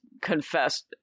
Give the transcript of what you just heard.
confessed